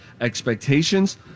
expectations